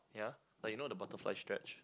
yeah like you know the butterfly stretch